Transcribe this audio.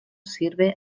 sirve